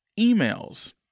Emails